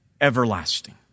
everlasting